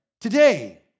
Today